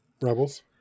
Rebels